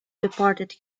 departed